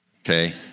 Okay